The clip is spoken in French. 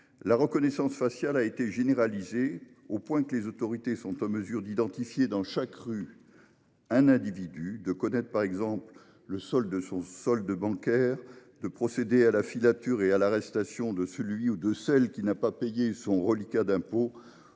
la reconnaissance faciale a été généralisée au point que les autorités sont en mesure d'identifier dans la rue chaque individu, de connaître le solde de son compte bancaire, de procéder à la filature et à l'arrestation de celui ou de celle n'ayant pas payé son reliquat d'impôts